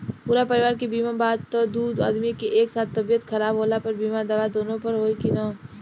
पूरा परिवार के बीमा बा त दु आदमी के एक साथ तबीयत खराब होला पर बीमा दावा दोनों पर होई की न?